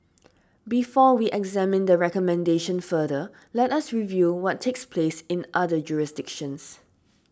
before we examine the recommendation further let us review what takes place in other jurisdictions